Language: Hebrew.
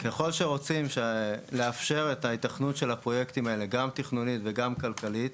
ככל שרוצים לאפשר את ההיתכנות של הפרויקטים האלה גם תכנונית וגם כלכלית,